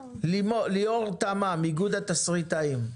ליאור תמאם, איגוד התסריטאים.